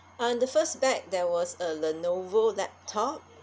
um the first bag there was a lenovo laptop